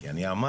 כי אני אמרתי,